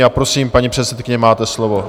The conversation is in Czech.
A prosím, paní předsedkyně, máte slovo.